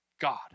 God